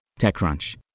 TechCrunch